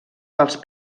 pels